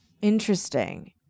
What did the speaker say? Interesting